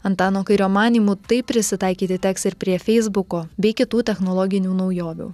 antano kairio manymu taip prisitaikyti teks ir prie feisbuko bei kitų technologinių naujovių